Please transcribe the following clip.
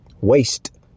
waste